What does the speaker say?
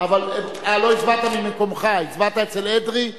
לא הצבעת ממקומך, הצבעת אצל אדרי.